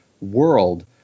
world